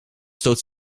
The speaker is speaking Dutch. stoot